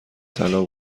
طلا